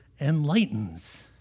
enlightens